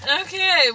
Okay